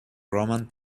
roman